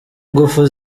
ingufu